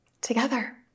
together